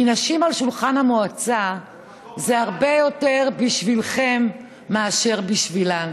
כי נשים בשולחן המועצה זה הרבה יותר בשבילכם מאשר בשבילן.